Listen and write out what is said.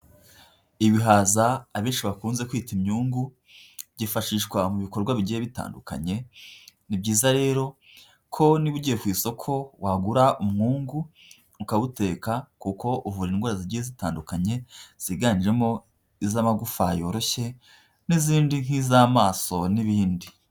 Ibihaza abinshi bakunze kwita inyungu, byifashishwa mu bikorwa bigiye bitandukanye, ni byiza rero ko niba ugiye ku isoko wagura umwungu, ukawuteka kuko uvura indwara zigiye zitandukanye ziganjemo iz'amagufwa yoroshye, n'izindi nk'iz'amaso n'ibindi.